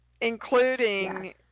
including